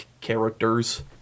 characters